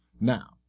Now